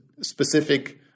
specific